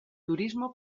turismo